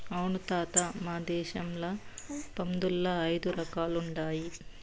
అవును తాత మన దేశంల పందుల్ల ఐదు రకాలుండాయి